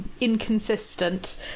inconsistent